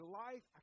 life